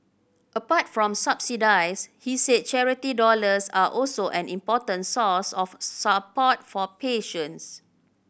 apart from subsidies he said charity dollars are also an important source of support for patients